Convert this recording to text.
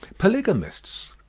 polygamists.